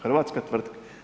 Hrvatska tvrtka?